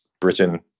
Britain